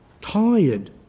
tired